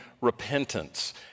repentance